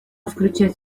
включать